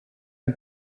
een